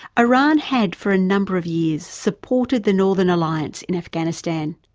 iran had for a number of years supported the northern alliance in afghanistan.